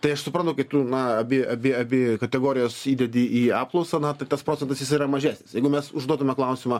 tai aš suprantu kai tu na abi abi abi kategorijas įdedi į apklausą na tai tas procentas jis yra mažesnis jeigu mes užduotume klausimą